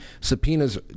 subpoenas